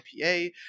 IPA